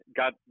got